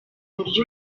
buryo